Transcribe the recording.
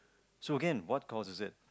so again what causes it